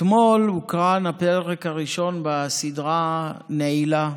אתמול הוקרן הפרק הראשון בסדרה נעילה,